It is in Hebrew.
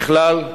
ככלל,